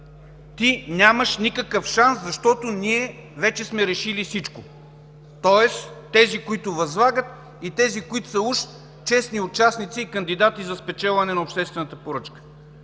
ти нямаш никакъв шанс, защото ние вече сме решили всичко. Тоест тези, които възлагат, и тези, които са уж честни участници и кандидати за спечелване на обществената поръчка.